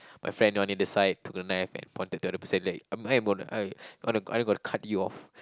my friend want in decide took the knife and pointed to the other person let it I'm I'm gonna I gonna I'm gonna cut you off